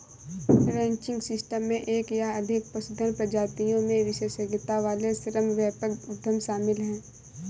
ranching system में एक या अधिक पशुधन प्रजातियों में विशेषज्ञता वाले श्रम व्यापक उद्यम शामिल हैं